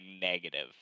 negative